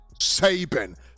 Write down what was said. Saban